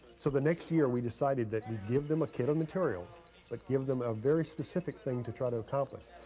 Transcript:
so the next year, we decided that we give them a kit of materials, but like give them a very specific thing to try to accomplish.